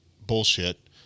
bullshit